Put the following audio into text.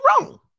wrong